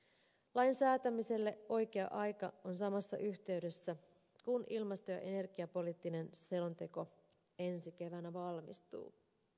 lain säätämiselle oikea aika on samassa yhteydessä kun ilmasto ja energiapoliittinen selonteko ensi keväänä valmistuu